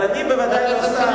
אבל אני בוודאי לא שר,